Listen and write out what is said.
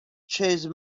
chase